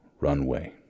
runway